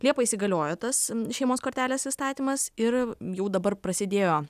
liepą įsigaliojo tas šeimos kortelės įstatymas ir jau dabar prasidėjo